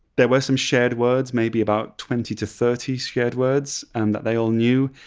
there were some shared words, maybe about twenty to thirty shared words and that they all knew.